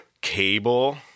cable